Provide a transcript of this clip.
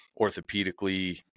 orthopedically